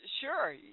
sure